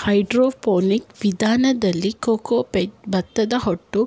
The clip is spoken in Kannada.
ಹೈಡ್ರೋಪೋನಿಕ್ ವಿಧಾನದಲ್ಲಿ ಕೋಕೋಪೀಟ್, ಭತ್ತದಹೊಟ್ಟು